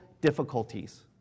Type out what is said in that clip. difficulties